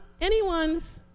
anyone's